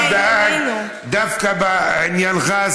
דווקא בעניינך,